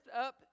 up